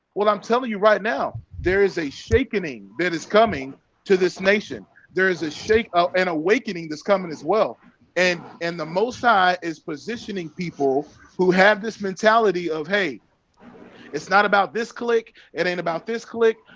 well, i'm tell right now there is a shaking that is coming to this nation there is a shake ah and awakening this coming as well and and the most high ah is positioning people who have this mentality of hey it's not about this clique. it ain't about this. clique.